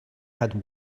had